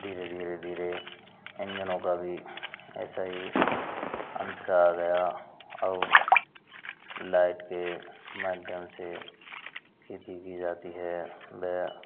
धीरे धीरे धीरे इंजनों का भी ऐसा हीं अंत सा आ गया अब लाइट के माध्यम से खेती की जाती है बया